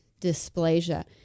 dysplasia